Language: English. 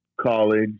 college